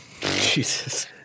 Jesus